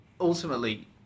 ultimately